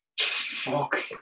fuck